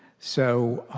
so